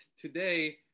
today